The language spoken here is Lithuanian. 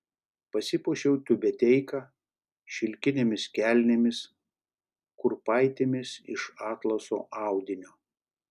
pasipuošiau tiubeteika šilkinėmis kelnėmis kurpaitėmis iš atlaso audinio